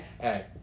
Hey